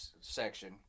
section